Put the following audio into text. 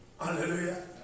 Hallelujah